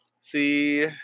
See